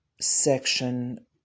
section